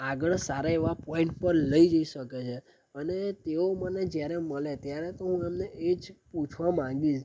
આગળ સારા એવા પોઇન્ટ પર લઈ જઈ શકે છે અને તેઓ મને જ્યારે મળે ત્યારે હું એમને એ જ પૂછવા માંગીશ